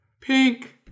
pink